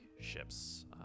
ships